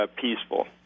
peaceful